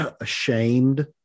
ashamed